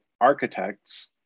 architects